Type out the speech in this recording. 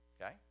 Okay